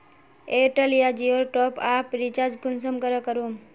Airtel या जियोर top आप रिचार्ज कुंसम करे करूम?